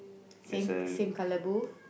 same same colour booth